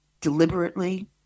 deliberately